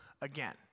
again